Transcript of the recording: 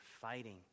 fighting